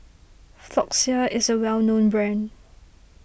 Floxia is a well known brand